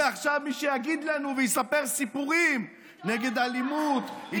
מעכשיו מי שיגיד לנו ויספר סיפורים נגד אלימות,